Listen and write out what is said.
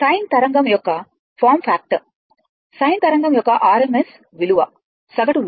sign తరంగం యొక్క form factor sine తరంగం యొక్క rms విలువ సగటు విలువ